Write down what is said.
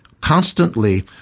constantly